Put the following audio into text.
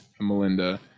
Melinda